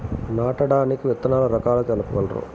నాటడానికి విత్తన రకాలు తెలుపగలరు?